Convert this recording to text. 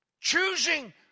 Choosing